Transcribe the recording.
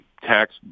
tax